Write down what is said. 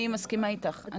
אני מסכימה איתך,